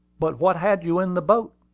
but what had you in the boat?